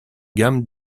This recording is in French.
gamme